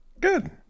Good